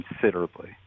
considerably